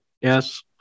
yes